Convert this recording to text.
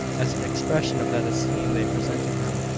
as an expression of that esteem they presented him,